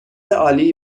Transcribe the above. عالی